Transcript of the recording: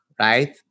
right